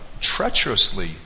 treacherously